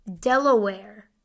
Delaware